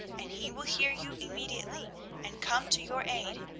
and he will hear you immediately and come to your aid.